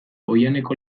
oihaneko